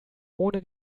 ohne